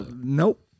nope